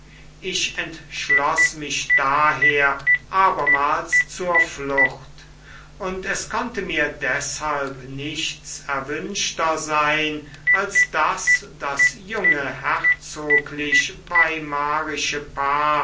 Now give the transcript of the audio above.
ich entschloß mich daher abermals zur flucht und es konnte mir deshalb nichts erwünschter sein als daß das junge herzoglich weimarische paar